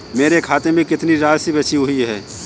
मेरे खाते में कितनी राशि बची हुई है?